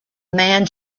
man